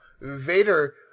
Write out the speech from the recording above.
Vader